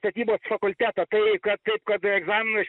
statybos fakultetą tai kad taip kad egzaminus